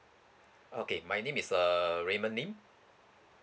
okay my name is uh raymond lin